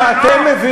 אתם, שאתם, לא.